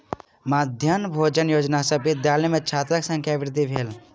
मध्याह्न भोजन योजना सॅ विद्यालय में छात्रक संख्या वृद्धि भेल